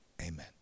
amen